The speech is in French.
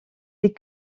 les